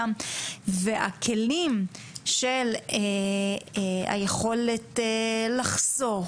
והכלים של היכולת לחסוך,